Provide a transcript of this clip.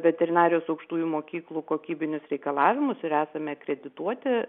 veterinarijos aukštųjų mokyklų kokybinius reikalavimus ir esame akredituoti